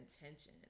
intention